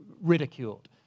ridiculed